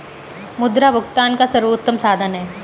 मुद्रा भुगतान का सर्वोत्तम साधन है